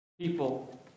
people